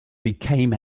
became